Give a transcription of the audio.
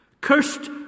Cursed